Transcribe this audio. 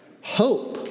hope